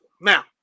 Now